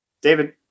David